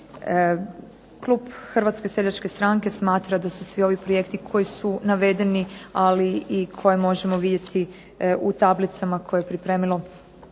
Klub Hrvatske seljačke stranke smatra da su svi ovi projekti koji su navedeni, ali i koje možemo vidjeti u tablicama koje je pripremilo